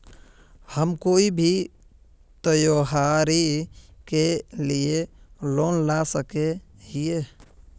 हम कोई भी त्योहारी के लिए लोन ला सके हिये?